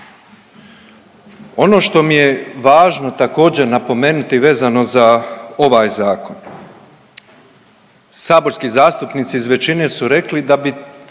Ono što mi je važno također napomenuti vezano za ovaj zakon, saborski zastupnici iz većine su rekli da bi